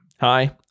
hi